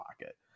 pocket